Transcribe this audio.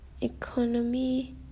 Economy